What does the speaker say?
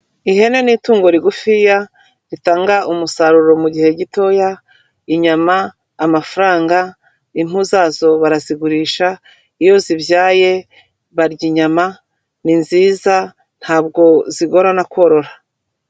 Ihene ni itungo rigufiya ritanga umusaruro mu gihe gitoya, inyama, amafaranga, impu zazo barazigurisha, iyo zibyaye barya inyama, ni nziza ntabwo zigorana korora.